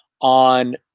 on